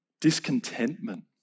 Discontentment